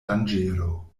danĝero